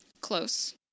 Close